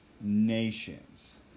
nations